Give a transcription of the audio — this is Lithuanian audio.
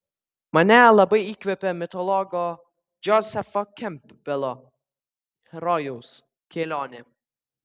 mane labai įkvepia mitologo džozefo kempbelo herojaus kelionė